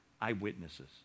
eyewitnesses